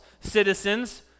citizens